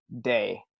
day